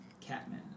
Catman